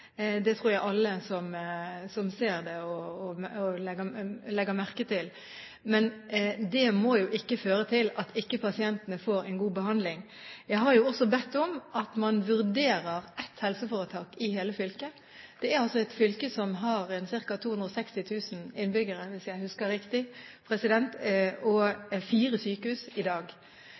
at pasientene ikke får en god behandling. Jeg har også bedt om at man vurderer ett helseforetak i hele fylket. Det er et fylke som har ca. 260 000 innbyggere, hvis jeg husker riktig, og fire sykehus i dag.